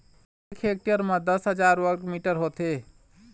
एक हेक्टेयर म दस हजार वर्ग मीटर होथे